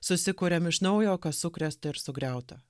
susikuriam iš naujo kas sukrėsta ir sugriauta